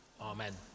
Amen